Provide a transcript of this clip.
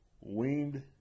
weaned